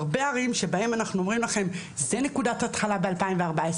הרבה ערים שבהן אנחנו אומרים לכם שזו נקודת ההתחלה ב-2014,